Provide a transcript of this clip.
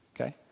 Okay